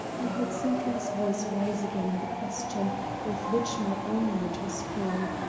i heard sinclair's voice rise again in the question with which my own mind was full.